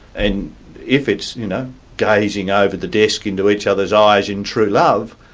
and if it's you know gazing over the desk into each other's eyes in true love,